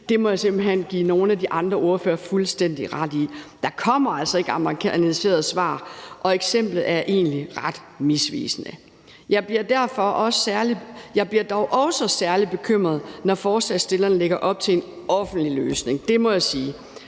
Det må jeg simpelt hen give nogle af de andre ordførere fuldstændig ret i. Der kommer altså ikke amerikaniserede svar, og eksemplet er egentlig ret misvisende. Jeg bliver dog også særlig bekymret, når forslagsstillerne lægger op til en offentlig løsning; det må jeg sige.